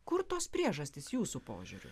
kur tos priežastys jūsų požiūriu